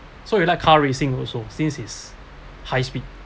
so you like car racing also since it's high speed